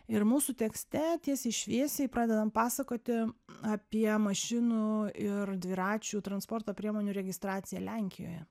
ir mūsų tekste tiesiai šviesiai pradedam pasakoti apie mašinų ir dviračių transporto priemonių registraciją lenkijoje